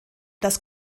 das